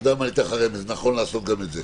אתה יודע מה, אתן לך רמז, נכון לעשות גם את זה.